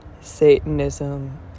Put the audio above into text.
Satanism